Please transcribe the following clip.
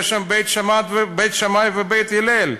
יש שם בית שמאי ובית הלל.